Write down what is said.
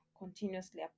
continuously